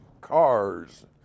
cars